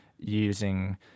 Using